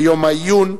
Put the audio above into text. ויום עיון,